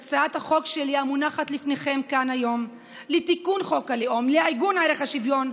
הצעת החוק שלי לתיקון חוק הלאום ולעיגון ערך השוויון,